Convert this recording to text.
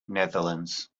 netherlands